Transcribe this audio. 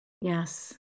Yes